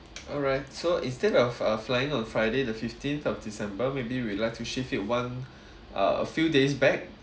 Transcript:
alright so instead of uh flying on friday the fifteenth of december maybe would like to shift it one uh a few days back